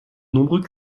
nombreux